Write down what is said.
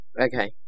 Okay